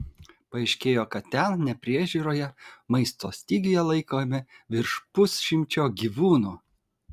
paaiškėjo kad ten nepriežiūroje maisto stygiuje laikomi virš pusšimčio gyvūnų